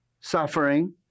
suffering